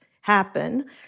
happen